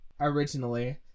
originally